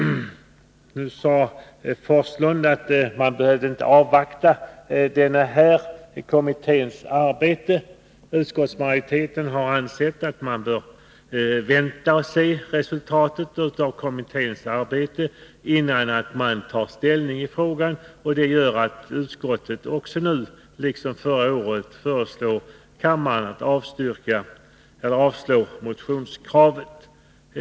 Bo Forslund sade att man inte behövde avvakta resultatet av kommitténs arbete. Utskottsmajoriteten har ansett att man bör vänta och se resultatet av kommitténs arbete, innan man tar ställning i frågan. Detta gör att utskottet också nu liksom förra året föreslår kammaren att avslå motionskravet.